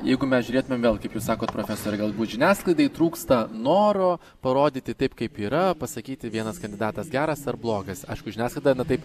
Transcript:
jeigu mes žiūrėtumėm vėl kaip jūs sakot profesore galbūt žiniasklaidai trūksta noro parodyti taip kaip yra pasakyti vienas kandidatas geras ar blogas aišku žiniasklaida na taip